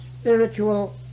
spiritual